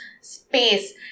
space